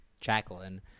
Jacqueline